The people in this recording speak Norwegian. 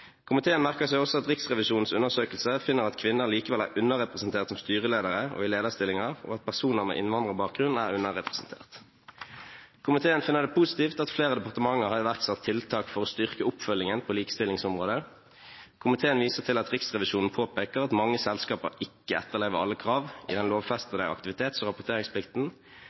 Komiteen merker seg også at Riksrevisjonens undersøkelse finner at kvinner likevel er underrepresentert som styreledere og i lederstillinger, og at personer med innvandrerbakgrunn er underrepresentert. Komiteen finner det positivt at flere departementer har iverksatt tiltak for å styrke oppfølgingen på likestillingsområdet. Komiteen viser til at Riksrevisjonen påpeker at mange selskaper ikke etterlever alle krav i den lovfestede aktivitets- og rapporteringsplikten,